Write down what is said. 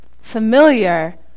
familiar